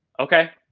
okay.